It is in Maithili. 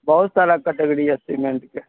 बहुत सारा कैटेगरी यऽ सिमेन्टके